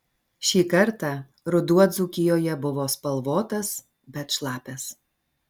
šį kartą ruduo dzūkijoje buvo spalvotas bet šlapias